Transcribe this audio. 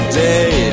day